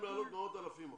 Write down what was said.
הפעם יכולים לעלות מאות אלפים.